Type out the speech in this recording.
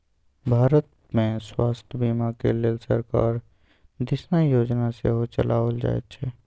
भारतमे स्वास्थ्य बीमाक लेल सरकार दिससँ योजना सेहो चलाओल जाइत छै